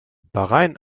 bahrain